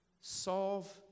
solve